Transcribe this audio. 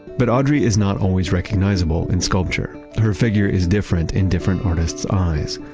but audrey is not always recognizable in sculpture. her figure is different in different artist's eyes.